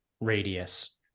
radius